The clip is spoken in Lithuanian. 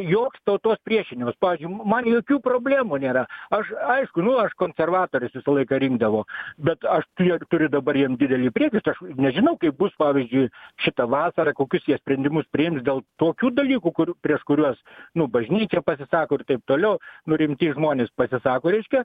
joks tautos priešinimas pavyzdžiui man jokių problemų nėra aš aišku nu aš konservatorius visą laiką rinkdavau bet aš ir turiu dabar jiem didelį priekaištą aš nežinau kaip bus pavyzdžiui šitą vasarą kokius jie sprendimus priims dėl tokių dalykų kurių prieš kuriuos nu bažnyčia pasisako ir taip toliau nu rimti žmonės pasisako reiškia